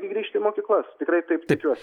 grįžti į mokyklas tikrai taip tikiuosi